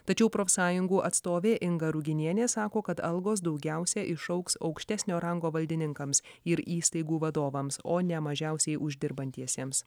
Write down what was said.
tačiau profsąjungų atstovė inga ruginienė sako kad algos daugiausiai išaugs aukštesnio rango valdininkams ir įstaigų vadovams o ne mažiausiai uždirbantiesiems